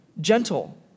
Gentle